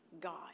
God